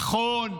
נכון,